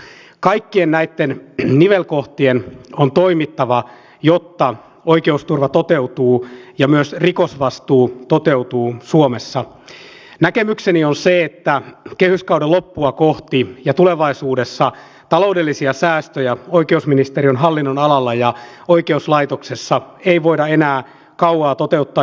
ensinnäkin kun tänä syksynä on kovasti käyty keskustelua näistä erilaisista säästöistä mitä hallituksen puolelta on tullut totean sen että nyt emme ole tehneet valtionosuusleikkauksia sinne kunnille ja se on merkittävä asia kaiken kaikkiaan